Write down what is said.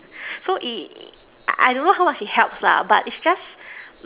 so I don't know how much it helps lah but is just